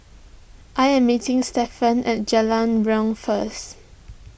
I am meeting Stephan at Jalan Riang first